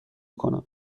کنم